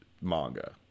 manga